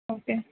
okay